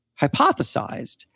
hypothesized